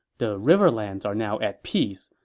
the riverlands are now at peace,